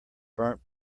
burnt